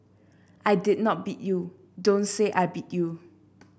I did not beat you don't say I beat you